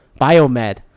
biomed